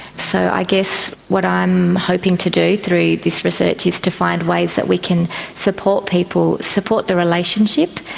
so i guess what i'm hoping to do through this research is to find ways that we can support people, support the relationship,